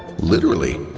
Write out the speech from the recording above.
literally.